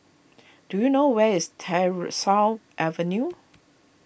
do you know where is Tyersall Avenue